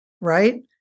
right